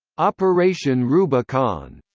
operation rubicon